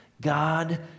God